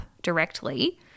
directly